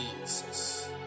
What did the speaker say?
Jesus